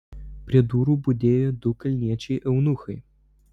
prie durų budėjo du kalniečiai eunuchai